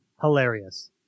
hilarious